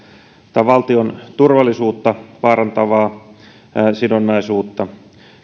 tai valtion turvallisuutta vaarantavaa sidonnaisuutta